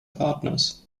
partners